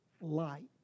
light